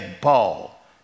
Paul